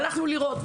והלכנו לראות.